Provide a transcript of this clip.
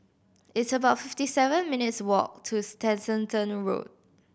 it's about fifty seven minutes' walk to Tessensohn Road